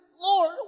Lord